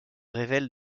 révèle